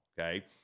okay